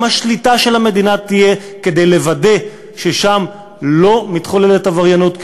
וגם תהיה שליטה של המדינה כדי לוודא שלא מתחוללת שם עבריינות,